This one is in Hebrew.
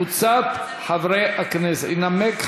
בעיקר